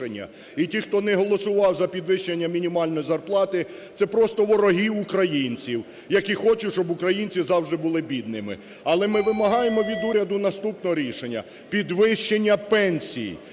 І ті, хто не голосував за підвищення мінімальної зарплати, це просто вороги українців, які хочуть, щоб українці завжди були бідними. Але ми вимагаємо від уряду наступного рішення – підвищення пенсій,